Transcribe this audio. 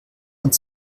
und